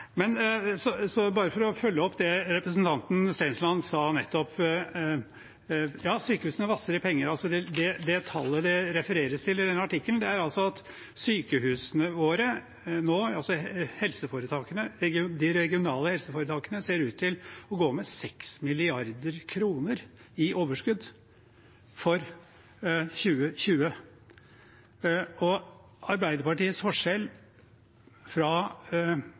Bare for å følge opp det representanten Stensland nettopp sa: Ja, sykehusene vasser i penger. Det tallet det refereres til i denne artikkelen, er at sykehusene våre, de regionale helseforetakene, ser ut til å gå med 6 mrd. kr i overskudd for 2020. Arbeiderpartiets forskjell fra